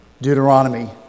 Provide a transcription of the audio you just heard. Deuteronomy